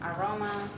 aroma